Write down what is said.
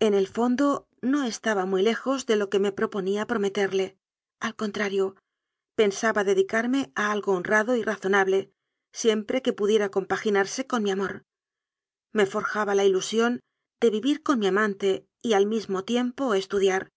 en el fondo no estaba muy lejos de lo que me proponía prometerle al contrario pensaba dedicarme a algo honrado y razonable siempre que pudiera compaginarse con mi amor me for jaba la ilusión de vivir con mi amante y al tiem po mismo estudiar